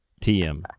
TM